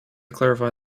clarify